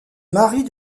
marie